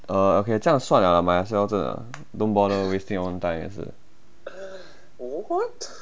uh okay 这样算 liao ah might as well 真的 don't bother wasting your own time 也是